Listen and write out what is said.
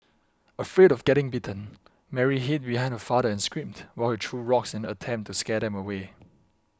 afraid of getting bitten Mary hid behind her father and screamed while he threw rocks in an attempt to scare them away